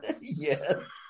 yes